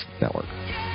Network